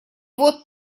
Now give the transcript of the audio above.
вот